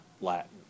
Latin